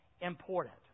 important